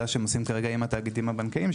שהם עושים כרגע עם התאגידים הבנקאיים.